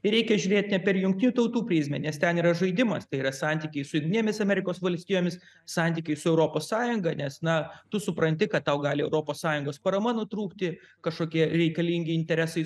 ir reikia žiūrėt ne per jungtinių tautų prizmę nes ten yra žaidimas tai yra santykiai su jungtinėmis amerikos valstijomis santykiai su europos sąjunga nes na tu supranti kad tau gali europos sąjungos parama nutrūkti kažkokie reikalingi interesai